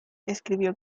escribió